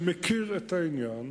שמכיר את העניין,